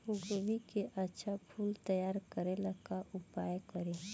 गोभी के अच्छा फूल तैयार करे ला का उपाय करी?